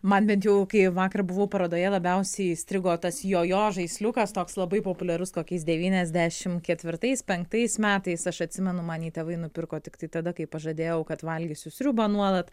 man bent jau kai vakar buvau parodoje labiausiai įstrigo tas jo žaisliukas toks labai populiarus kokiais devyniasdešimt ketvirtais penktais metais aš atsimenu man jį tėvai nupirko tiktai tada kai pažadėjau kad valgysiu sriubą nuolat